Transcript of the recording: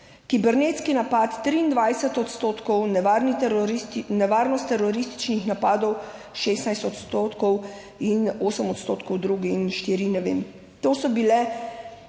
kibernetski napad 23 odstotkov, nevarni teroristi nevarnost terorističnih napadov 16 odstotkov in 8 odstotkov drugi in štiri, ne vem. To so bile,